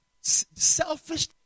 selfish